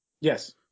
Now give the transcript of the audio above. Yes